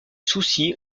soucis